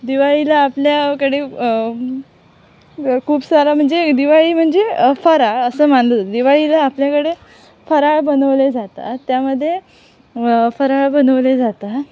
दिवाळीला आपल्याकडे खूप सारा म्हणजे दिवाळी म्हणजे फराळ असं मानलं दिवाळीला आपल्याकडे फराळ बनवले जातात त्यामध्ये फराळ बनवले जातात